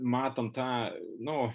matom tą nu